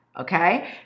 okay